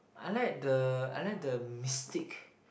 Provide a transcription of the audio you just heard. I like the I like the mistake